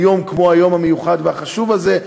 ביום כמו היום המיוחד והחשוב הזה,